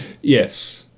Yes